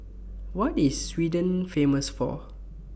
What IS Sweden Famous For